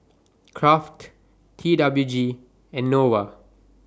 Kraft T W G and Nova